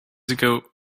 ago